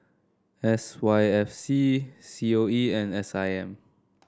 S Y F C C O E and S I M